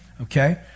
okay